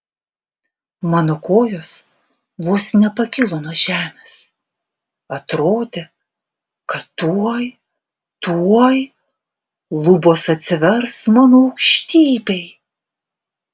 mano kojos vos nepakilo nuo žemės atrodė kad tuoj tuoj lubos atsivers mano aukštybei